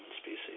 species